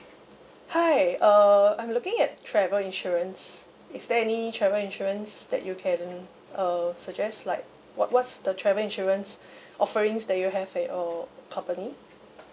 hi uh I'm looking at travel insurance is there any travel insurance that you can uh suggest like what what's the travel insurance offerings that you have at your company